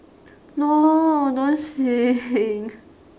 no don't sing